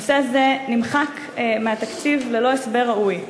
נושא זה נמחק מהתקציב ללא הסבר ראוי.